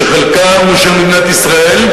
שחלקה הוא של מדינת ישראל,